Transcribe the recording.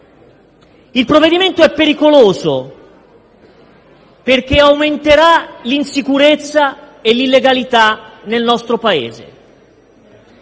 Il provvedimento è pericoloso perché aumenterà l'insicurezza e l'illegalità nel nostro Paese: